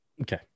Okay